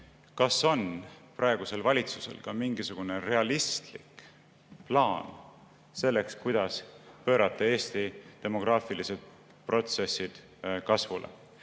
kas praegusel valitsusel on ka mingisugune realistlik plaan selleks, kuidas pöörata Eesti demograafilised protsessid kasvule.